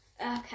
okay